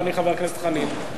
אדוני חבר הכנסת חנין,